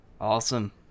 Awesome